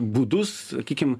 būdus sakykim